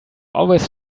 always